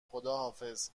خداحافظ